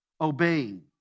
obeying